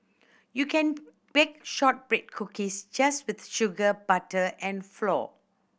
you can bake shortbread cookies just with sugar butter and flour